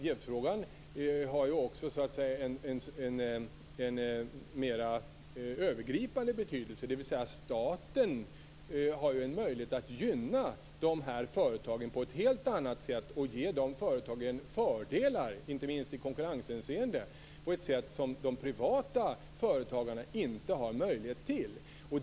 Jävsfrågan har en mera övergripande betydelse. Staten har en möjlighet att gynna sina företag på ett sätt som man på det privata området inte har möjlighet till.